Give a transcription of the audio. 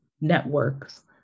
networks